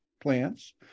plants